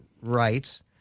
rights